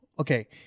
okay